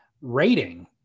rating